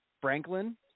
Franklin